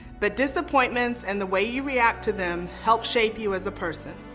but disappointments and the way you react to them help shape you as a person.